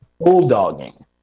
bulldogging